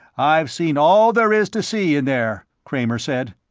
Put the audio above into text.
i've seen all there is to see in there, kramer said.